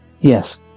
Yes